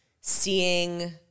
seeing